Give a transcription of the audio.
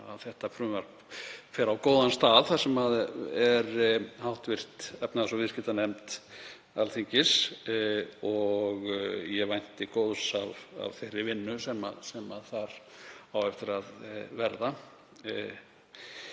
að þetta frumvarp fer á góðan stað þar sem er hv. efnahags- og viðskiptanefnd Alþingis og ég vænti góðs af þeirri vinnu sem þar á eftir að verða.